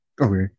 okay